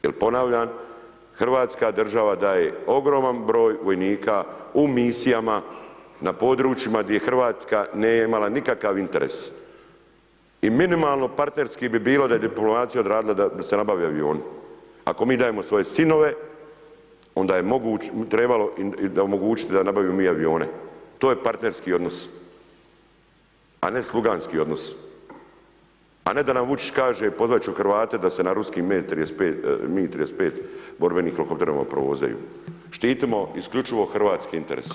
Jel ponavljam, Hrvatska država daje ogroman broj vojnika u misijama na područjima gdje RH nije imala nikakav interes i minimalno partnerski bi bilo da je diplomacija odradila da se nabave avione ako mi dajemo svoje sinove, onda je trebalo omogućit da nabavimo mi avione, to je partnerski odnos, a ne sluganski odnos, a ne da nam Vučić kaže pozvat ću Hrvate da se na ruskim MiG-35 borbenih… [[Govornik se ne razumije]] provozaju, štitimo isključivo hrvatske interese.